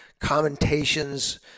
commentations